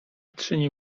czyni